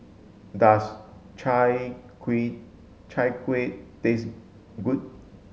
does chai kuih chai kuih taste good